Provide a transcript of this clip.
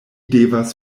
devas